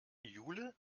jule